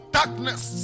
darkness